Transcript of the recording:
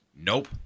Nope